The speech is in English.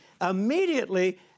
immediately